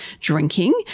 drinking